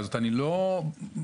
אני לא חבר